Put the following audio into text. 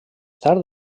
tard